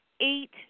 eight